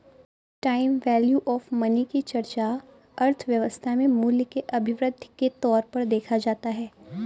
time value of money की चर्चा अर्थव्यवस्था में मूल्य के अभिवृद्धि के तौर पर देखा जाता है